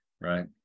right